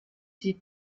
die